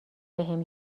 بهم